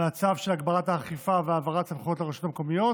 על הצו של הגברת האכיפה והעברת סמכויות לרשויות המקומיות